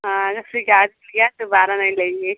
हाँ नर्सरी का आज लिया दोबारा नहीं लेंगे